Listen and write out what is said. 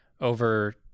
over